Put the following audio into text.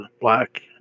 Black